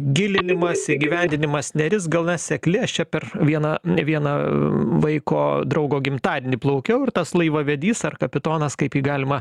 gilinimas įgyvendinimas neris gana sekli aš čia per vieną vieną vaiko draugo gimtadienį plaukiau ir tas laivavedys ar kapitonas kaip jį galima